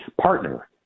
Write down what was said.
partner